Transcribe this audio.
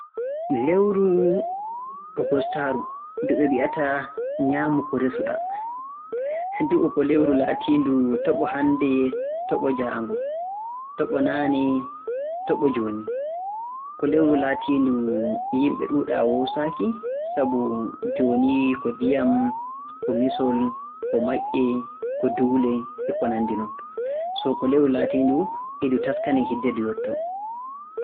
Lewru Ogustaaru ndu ɓe mbi'ata 'nyaamu-ko-resu-ɗaa'. Ndu'u ko lewru laatiindu toɓo hannde, toɓo jaango, toɓo naane, toɓo jooni. Ko lewru laatiindu yimɓe ɗuuɗaa woosaaki, sabu jooni ko ndiyam, ko misol, maƴƴe, ko duule e ko nanndi non. So ko lewru laatiindu e ndu taskanee hiddee ndu yottoo.